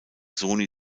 sony